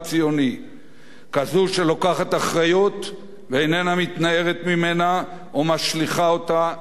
כזו שלוקחת אחריות ואיננה מתנערת ממנה או משליכה אותה לפתחו של האחר,